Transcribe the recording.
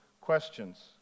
questions